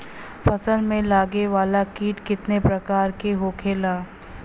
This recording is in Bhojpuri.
फसल में लगे वाला कीट कितने प्रकार के होखेला?